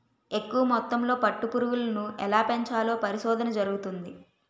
ఎక్కువ మొత్తంలో పట్టు పురుగులను ఎలా పెంచాలో పరిశోధన జరుగుతంది